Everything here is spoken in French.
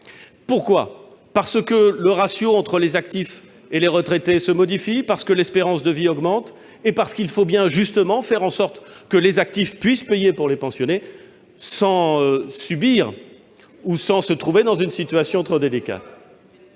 Pourquoi ? Parce que le ratio entre les actifs et les retraités se modifie, parce que l'espérance de vie augmente, parce qu'il faut bien faire en sorte que les actifs puissent payer pour les pensionnés, sans se trouver dans une situation trop délicate.